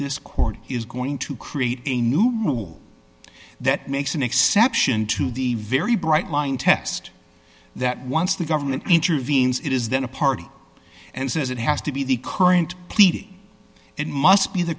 this court is going to create a new rule that makes an exception to the very bright line test that once the government intervenes it is then a party and says it has to be the current pleading it must be the